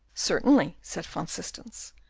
certainly, said van systens,